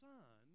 Son